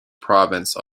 province